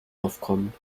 aufkommen